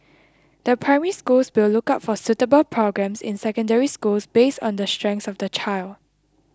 the Primary Schools will look out for suitable programmes in Secondary Schools based on the strengths of the child